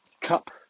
cup